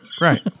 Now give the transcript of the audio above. Right